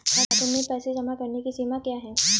खाते में पैसे जमा करने की सीमा क्या है?